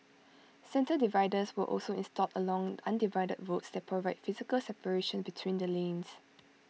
centre dividers were also installed along undivided roads that provide physical separation between the lanes